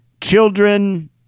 children